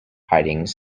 hiding